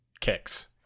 kicks